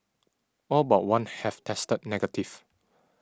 all but one have tested negative